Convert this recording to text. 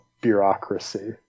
bureaucracy